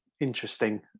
interesting